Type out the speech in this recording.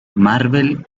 marvel